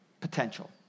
potential